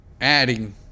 adding